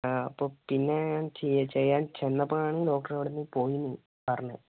ആ അപ്പം പിന്നെ ഞാൻ ചെയ്യാൻ ചെന്നപ്പോഴാണ് ഡോക്ടർ അവിടെ നിന്നു പോയി എന്നു പറഞ്ഞത്